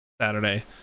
Saturday